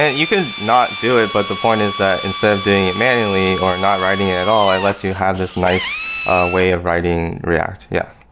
you could not do it, but the point is that instead of doing it manually or not writing it at all, it lets you have this nice way of writing react, yeah.